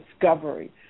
Discovery